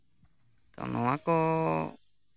ᱛᱚ ᱱᱚᱣᱟᱠᱚ